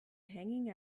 hanging